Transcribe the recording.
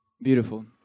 Beautiful